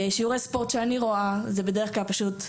שיעורי ספורט שאני רואה זה בדרך כלל פשוט,